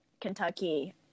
Kentucky